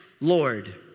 Lord